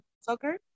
soccer